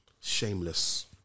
Shameless